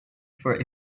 for